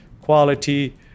quality